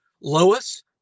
Lois